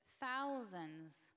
thousands